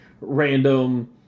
random